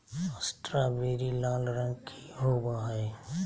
strawberry लाल रंग के होव हई